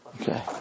Okay